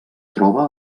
troba